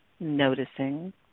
noticing